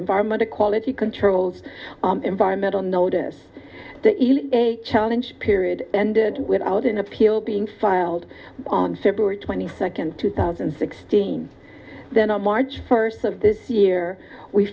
environmental quality controls environmental notice a challenge period ended without an appeal being filed on february twenty second two thousand and sixteen then on march first of this year we